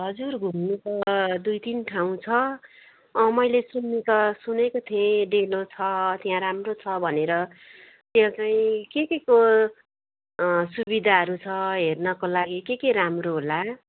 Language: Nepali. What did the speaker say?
हजुर घुम्नु त दुई तिन ठाउँ छ अँ मैले सुन्नु त सुनेको थिएँ डेलो छ त्यहाँ राम्रो छ भनेर त्यहाँ चाहिँ के केको अँ सुविधाहरू छ हेर्नको लागि के के राम्रो होला